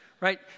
right